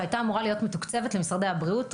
שהייתה אמורה להיות מתוקצבת למשרדי הבריאות,